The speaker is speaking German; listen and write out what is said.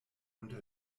unter